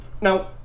Now